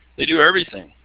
they do everything.